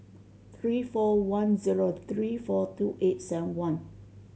three four one zero three four two eight seven one